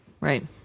Right